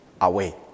away